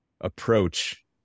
approach